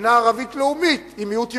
מדינה ערבית לאומית עם מיעוט יהודי.